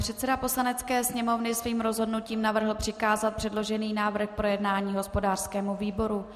Předseda Poslanecké sněmovny svým rozhodnutím navrhl přikázat předložený návrh k projednání hospodářskému výboru.